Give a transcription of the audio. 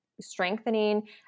strengthening